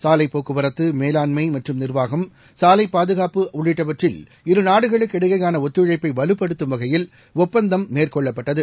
சாலைப்போக்குவரத்து மேலாண்எம மற்றும் நிர்வாகம் சாலைப்பாதுகாப்பு உள்ளிட்டவற்றில் இரு நாடுகளுக்கு இடையேயான ஒத்துழைப்பை வலுப்படுத்தும் வகையில் ஒப்பந்தம் மேற்கொள்ளப்பட்டது